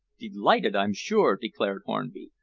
delighted, i'm sure, declared hornby.